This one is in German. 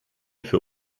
für